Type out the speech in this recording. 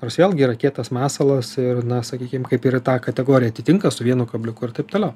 nors vėlgi yra kietas masalas ir na sakykim kaip ir tą kategoriją atitinka su vienu kabliuku ir taip toliau